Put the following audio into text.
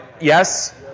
Yes